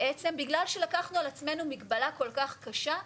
בעצם בגלל שלקחנו על עצמנו מגבלה כל כך קשה,